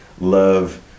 love